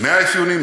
100 אפיונים,